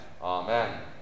Amen